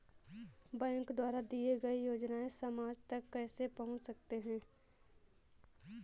Bank द्वारा दिए गए योजनाएँ समाज तक कैसे पहुँच सकते हैं?